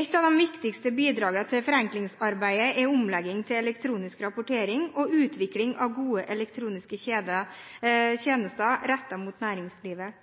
Et av de viktigste bidragene til forenklingsarbeidet er omlegging til elektronisk rapportering og utvikling av gode elektroniske tjenester rettet mot næringslivet.